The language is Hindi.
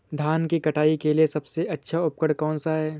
धान की कटाई के लिए सबसे अच्छा उपकरण कौन सा है?